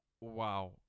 wow